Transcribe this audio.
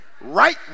right